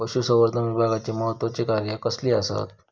पशुसंवर्धन विभागाची महत्त्वाची कार्या कसली आसत?